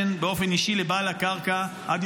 אני התחלתי להפעיל את השעון שלך דקה אחרי שאתה עלית.